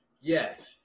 yes